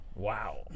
Wow